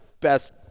best